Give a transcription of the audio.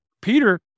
peter